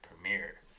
premiere